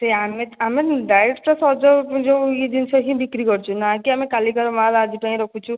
ଯେ ଆମେ ଆମେ ଡାଇରେକ୍ଟ ତ ସଜ ଯେଉଁ ଇଏ ଜିନିଷ ହିଁ ବିକ୍ରି କରୁଛୁ ନାକି ଆମେ କାଲିକାର ମାଲ୍ ଆଜି ପାଇଁ ରଖୁଛୁ